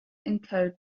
encode